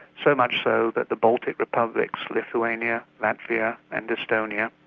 so much so that the baltic republics, lithuania, latvia and estonia,